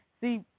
see